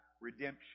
redemption